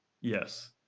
Yes